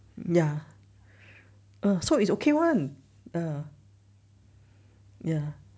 ya so it's okay [one] err ya